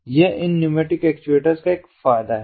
यह इन pneumatic actuators का एक फायदा है